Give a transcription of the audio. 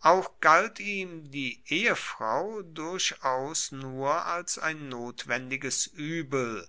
auch galt ihm die ehefrau durchaus nur als ein notwendiges uebel